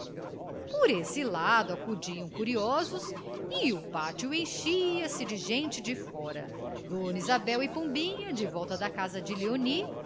por esse lado acudiam curiosos e o pátio enchia se de gente de fora dona isabel e pombinha de volta da casa de léonie